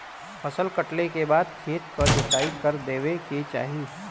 फसल कटले के बाद खेत क जोताई कर देवे के चाही